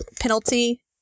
penalty